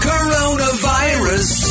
Coronavirus